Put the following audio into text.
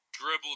Dribble